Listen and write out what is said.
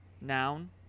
Noun